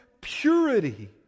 purity